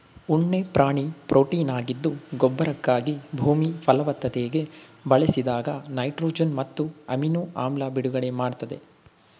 ಉಣ್ಣೆ ಪ್ರಾಣಿ ಪ್ರೊಟೀನಾಗಿದ್ದು ಗೊಬ್ಬರಕ್ಕಾಗಿ ಭೂಮಿ ಫಲವತ್ತತೆಗೆ ಬಳಸಿದಾಗ ನೈಟ್ರೊಜನ್ ಮತ್ತು ಅಮಿನೊ ಆಮ್ಲ ಬಿಡುಗಡೆ ಮಾಡ್ತದೆ